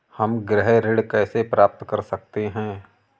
हम गृह ऋण कैसे प्राप्त कर सकते हैं?